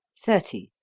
thirty.